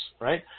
right